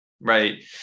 right